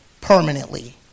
permanently